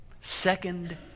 second